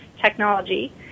technology